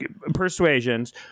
persuasions